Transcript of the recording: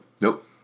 Nope